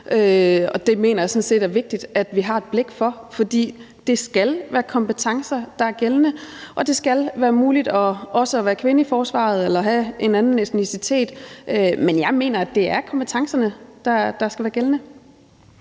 jeg sådan set er vigtigt at vi har et blik for, for det skal være kompetencer, der er gældende, og det skal også være muligt at være kvinde i forsvaret eller have en anden etnicitet. Men jeg mener, at det er kompetencerne, der skal være gældende.